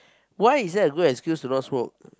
why is that a good excuse to not smoke